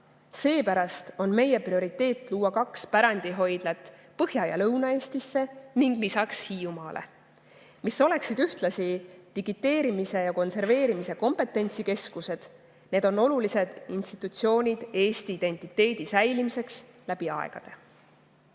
Seepärast on meie prioriteet luua kaks pärandihoidlat Põhja- ja Lõuna-Eestisse ning lisaks Hiiumaale. Need oleksid ühtlasi digiteerimise ja konserveerimise kompetentsikeskused. Need on olulised institutsioonid Eesti identiteedi säilimiseks läbi aegade.